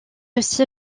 aussi